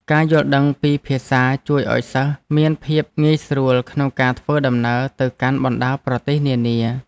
ការយល់ដឹងពីភាសាជួយឱ្យសិស្សមានភាពងាយស្រួលក្នុងការធ្វើដំណើរទៅកាន់បណ្តាប្រទេសនានា។